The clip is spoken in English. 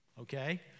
Okay